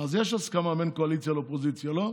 הסכמה בין קואליציה לאופוזיציה, לא?